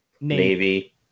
Navy